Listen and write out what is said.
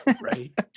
right